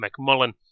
McMullen